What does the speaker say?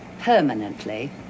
permanently